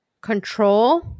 control